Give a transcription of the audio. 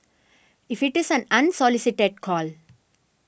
if it is an unsolicited call